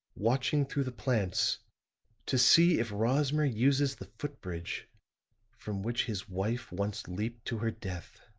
watching through the plants to see if rosmer uses the footbridge from which his wife once leaped to her death.